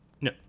no